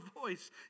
voice